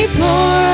pour